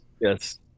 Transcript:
Yes